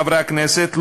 חברי הכנסת,